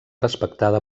respectada